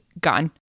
gone